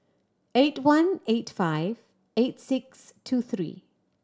eight one eight five eight six two three